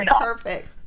perfect